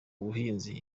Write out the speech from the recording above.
muhinzi